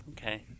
Okay